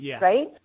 Right